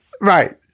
Right